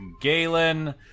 Galen